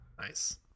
Nice